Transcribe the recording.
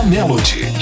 Melody